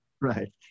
Right